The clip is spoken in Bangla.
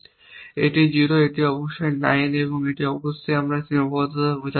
এটি 0 এটি অবশ্যই 9 এবং এটি অবশ্যই আমরা সীমাবদ্ধতা প্রচার করছি